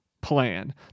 plan